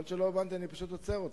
אני פשוט עוצר אותך.